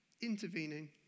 intervening